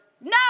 no